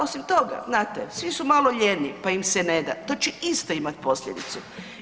Osim toga znate svi su malo lijeni, pa im se ne da, to će isto imat posljedicu.